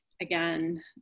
Again